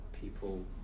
people